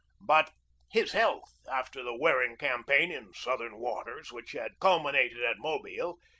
but his health, after the wearing campaign in southern waters which had culminated at mobile,